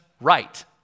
Right